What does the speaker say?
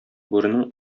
бүренең